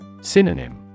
Synonym